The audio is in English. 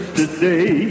today